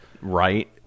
Right